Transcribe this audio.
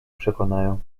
przekonają